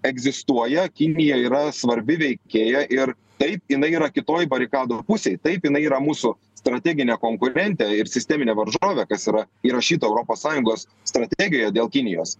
egzistuoja kinija yra svarbi veikėja ir taip jinai yra kitoj barikadų pusėj taip jinai yra mūsų strateginė konkurentė ir sisteminė varžovė kas yra įrašyta europos sąjungos strategijoje dėl kinijos